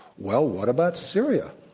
well, what about syria?